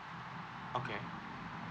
okay